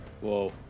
Whoa